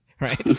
right